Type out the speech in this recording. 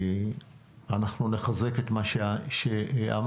אנחנו נחזק את מה שאמרת.